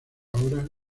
ahora